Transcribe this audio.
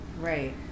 Right